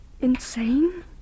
Insane